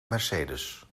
mercedes